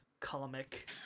Comic